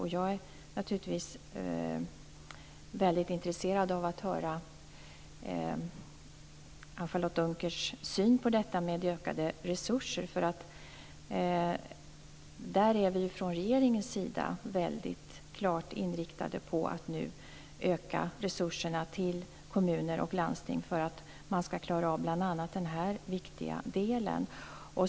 Jag är naturligtvis väldigt intresserad av att höra Anne-Katrine Dunkers syn på detta med ökade resurser, för att från regeringens sida är vi klart inriktade på att nu öka resurserna till kommuner och landsting för att de skall klara av bl.a. denna viktiga del.